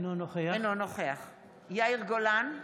אינו נוכח יאיר גולן,